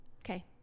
Okay